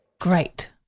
Great